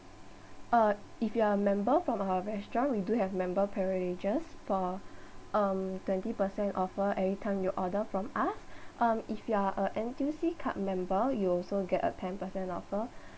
uh if you're a member from our restaurant we do have member privileges for um twenty percent offer every time you order from us um if you are a N_T_U_C card member you also get a ten percent offer